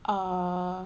err